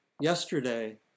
yesterday